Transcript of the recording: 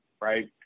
right